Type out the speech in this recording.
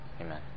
Amen